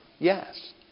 Yes